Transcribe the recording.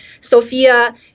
Sophia